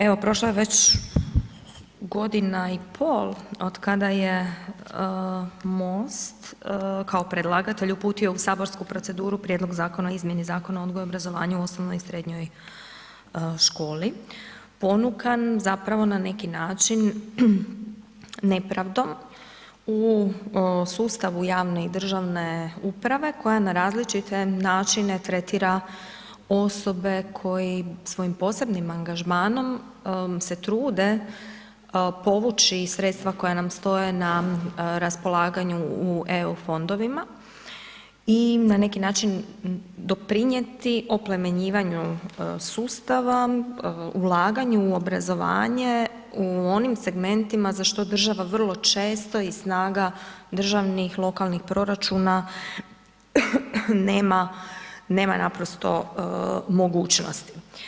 Evo, prošlo je već godina i pol otkada je MOST kao predlagatelj uputio u saborsku proceduru Prijedlog zakona o izmjeni Zakona o odgoju i obrazovanju u osnovnoj i srednjoj školi, ponukan zapravo na neki način, nepravdom u sustavu javne i državne uprave koja na različite načine tretira osobe koje svojim posebnim angažmanom se trude povući sredstva koja nam stoje na raspolaganju u EU fondovima i na neki način doprinijeti oplemenjivanju sustavu, ulaganju u obrazovanje, u onim segmentima za što država vrlo često i snaga državnih lokalnih proračuna nema naprosto mogućnost.